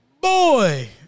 Boy